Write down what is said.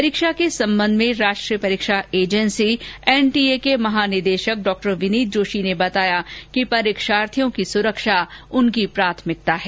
परीक्षा के सम्बन्ध में राष्ट्रीय परीक्षा एजेंसी एनटीए के महानिदेशक डॉक्टर विनीत जोशी ने बताया कि परीक्षार्थियों की सुरक्षा उनकी प्राथमिकता है